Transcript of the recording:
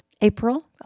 April